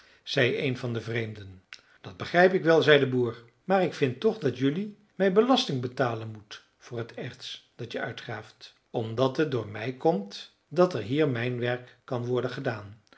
zei een van de vreemden dat begrijp ik wel zei de boer maar ik vind toch dat jelui mij belasting betalen moet voor het erts dat je uitgraaft omdat het door mij komt dat er hier mijnwerk kan worden gedaan